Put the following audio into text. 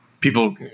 people